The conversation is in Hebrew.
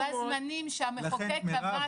מירב,